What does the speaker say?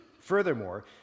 Furthermore